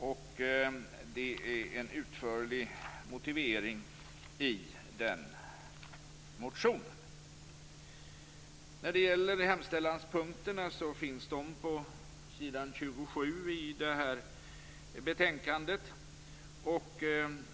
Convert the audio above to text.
Det finns en utförlig motivering i motionen. Hemställanspunkterna finns på s. 27 i betänkandet.